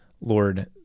Lord